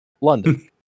London